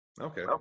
Okay